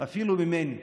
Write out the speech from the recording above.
אפילו ממני.